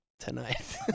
tonight